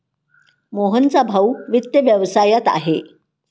मोहनचा भाऊ वित्त व्यवसायात आहे